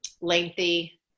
lengthy